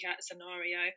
scenario